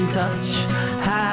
touch